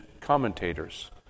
commentators